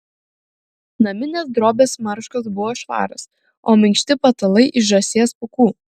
naminės drobės marškos buvo švarios o minkšti patalai iš žąsies pūkų